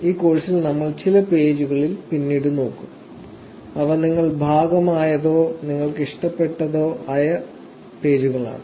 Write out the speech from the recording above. ഈ കോഴ്സിൽ നമ്മൾ ചില പേജുകൾ പിന്നീട് നോക്കും അവ നിങ്ങൾ ഭാഗമായതോ നിങ്ങൾക്ക് ഇഷ്ടപ്പെട്ടതോ ആയ പേജുകളാണ്